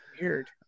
Weird